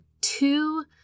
two